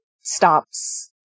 stops